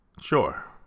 sure